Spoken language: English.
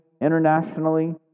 internationally